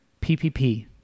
PPP